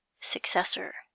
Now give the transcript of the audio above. successor